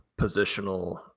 positional